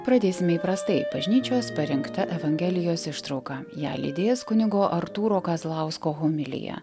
pradėsime įprastai bažnyčios parinkta evangelijos ištrauka ją lydės kunigo artūro kazlausko homilija